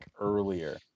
earlier